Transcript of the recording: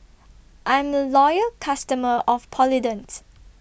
I'm A Loyal customer of Polident